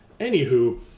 Anywho